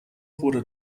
wurde